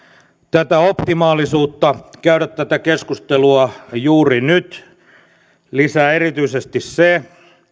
tätä optimaalisuutta käydä tätä keskustelua juuri nyt lisää erityisesti se